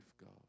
God